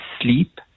sleep